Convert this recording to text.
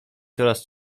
coraz